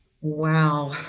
Wow